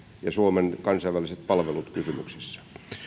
ja suomen kansainväliset palvelut kysymyksessä